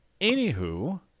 Anywho